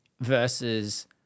Versus